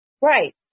Right